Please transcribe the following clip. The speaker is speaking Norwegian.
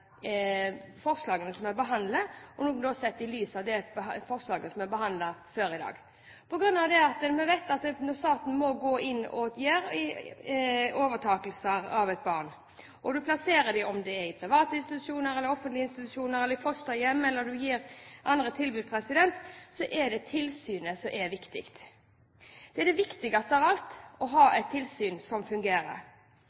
forslagene som er behandlet, også sett i lys av det forslaget som er behandlet før i dag. Når vi vet at staten må gå inn og overta omsorgen av barn og omplassere dem i enten private eller offentlige institusjoner, i fosterhjem – eller andre tilbud – så er det tilsynet som er viktig. Det viktigste av alt er å ha